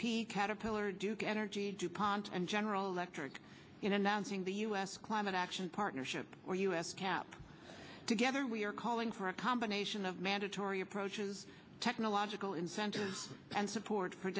p caterpillar duke energy dupont and general electric in announcing the u s climate action partnership or us cap together we are calling for a combination of mandatory approaches technological incentives and support for